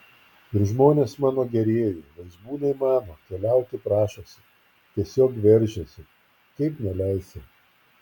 ir žmonės mano gerieji vaizbūnai mano keliauti prašosi tiesiog veržiasi kaip neleisi